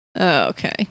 Okay